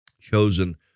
chosen